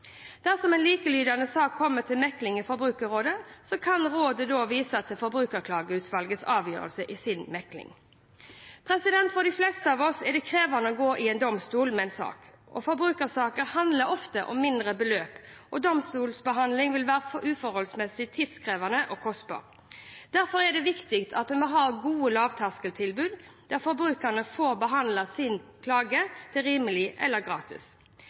Dersom en likelydende sak kommer til mekling i Forbrukerrådet, kan rådet vise til Forbrukerklageutvalgets avgjørelse i sin mekling. For de fleste av oss er det krevende å gå til domstolene med en sak. Forbrukersaker handler ofte om mindre beløp, og domstolsbehandling vil være uforholdsmessig tidkrevende og kostbart. Derfor er det viktig at en har gode lavterskeltilbud, der forbrukeren får behandlet sin klage rimelig eller gratis.